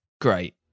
great